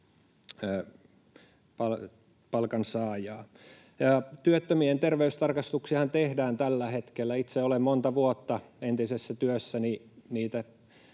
palkansaajaa. Työttömien terveystarkastuksiahan tehdään tällä hetkellä. Itse olen monta vuotta entisessä työssäni niitä